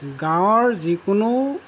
গাঁৱৰ যিকোনো